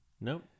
No